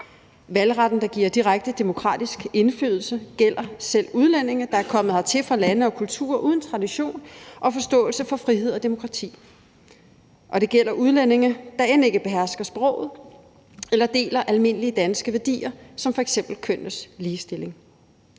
Valgretten, der giver direkte demokratisk indflydelse, gælder selv udlændinge, der er kommet hertil fra lande og kulturer uden tradition og forståelse for frihed og demokrati, og det gælder udlændinge, der end ikke behersker sproget eller deler almindelige danske værdier som f.eks. kønnenes ligestilling.